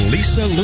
Lisa